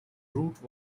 route